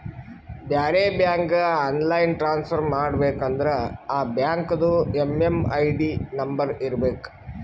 ಬೇರೆ ಬ್ಯಾಂಕ್ಗ online transfer ಮಾಡಬೇಕ ಅಂದುರ್ ಆ ಬ್ಯಾಂಕ್ದು ಎಮ್.ಎಮ್.ಐ.ಡಿ ನಂಬರ್ ಇರಬೇಕ